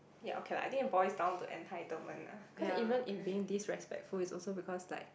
ya okay lah I think it boils down to entitlement ah cause even if being disrespectful is also because like